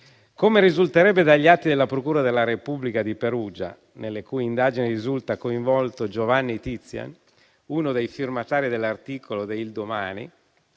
Come risulterebbe dagli atti della procura della Repubblica di Perugia, nelle cui indagini risulta coinvolto Giovanni Tizian, uno dei firmatari dell'articolo del